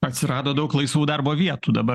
atsirado daug laisvų darbo vietų dabar